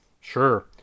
Sure